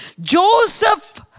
Joseph